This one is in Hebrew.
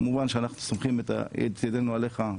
כמובן שאנחנו סומכים את ידינו עליך,